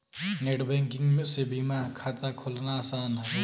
net banking से बीमा खाता खोलना आसान हौ